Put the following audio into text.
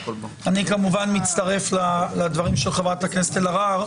אני מצטרף לדבריה של חברת הכנסת אלהרר.